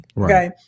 okay